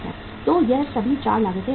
तो ये सभी 4 लागत महत्वपूर्ण हैं